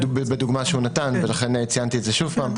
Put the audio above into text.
בדוגמה שהוא נתן ולכן ציינתי את זה שוב פעם.